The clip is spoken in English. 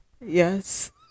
Yes